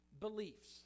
beliefs